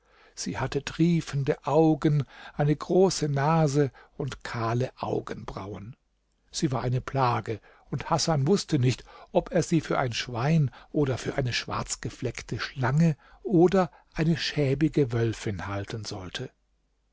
sie hatte triefende augen eine große nase und kahle augenbrauen sie war eine plage und hasan wußte nicht ob er sie für ein schwein oder für eine schwarzgefleckte schlange oder eine schäbige wölfin halten sollte